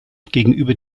gegenüber